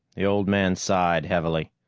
the old man sighed heavily.